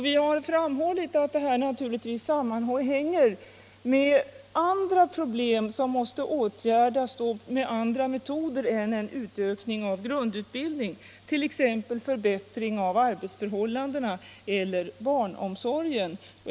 Vi har sagt att detta naturtigtvis sammanhänger med problem som måste åtgärdas med andra metoder än utökning av grundutbildningen, t.ex. förbättring av arbetsförhållandena eller förbättring av barnomsorgen.